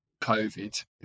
COVID